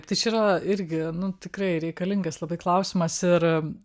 tai čia yra irgi nu tikrai reikalingas labai klausimas ir